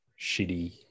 shitty